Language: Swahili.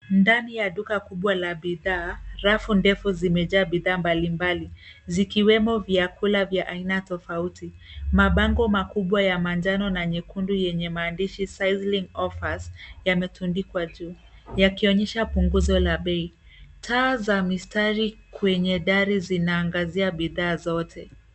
Ndani ya duka kubwa la bidhaa, rafu ndefu zimejaa bidhaa mbalimbali zikiwemo vyakula vya aina tofauti. Mabango makubwa ya manjano na nyekundu yenye maandishi sizzling offers yametundikwa juu yakionyesha punguzo la bei. Taa za mistari kwenye dari zinaangazia bidhaa zote.